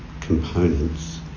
components